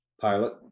pilot